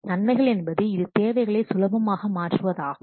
நன்மைகள் என்பது இது தேவைகளை சுலபமாக மாற்றுவதாகும்